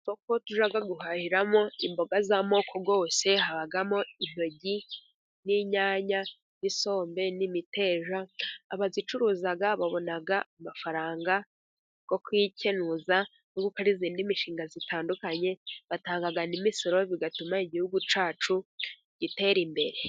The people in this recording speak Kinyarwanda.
guhahiramo imboga z'amoko yose habamo: intogi, n'inyanya, n'insombe, n'imiteja. Abazicuruza babona amafaranga yo kwikenuza muyindi mishinga itandukanye, batanga n'imisoro bigatuma igihugu cyacu gitera imbere.